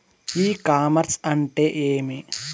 ఇ commerce అంటే ఏమి?